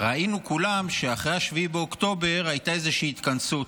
ראינו כולם שאחרי 7 באוקטובר הייתה איזושהי התכנסות,